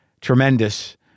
tremendous